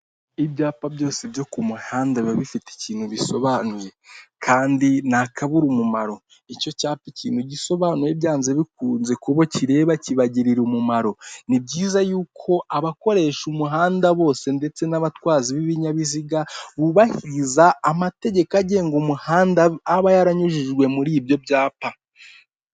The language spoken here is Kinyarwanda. Ibyapa byose byo ku muhanda biba bifite ikintu bisobanuye kandi nta kabura umumaro icyo cyapa ikintu gisobanuye byanze bikunze kubabo kireba kibagirira umumaro ni byiza yuko abakoresha umuhanda bose ndetse n'abatwaza b'ibinyabiziga bubahiriza amategeko agenga umuhanda aba yaranyujijwe muri ibyo byapa.